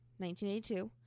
1982